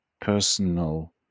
personal